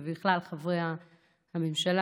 ובכלל חברי הממשלה,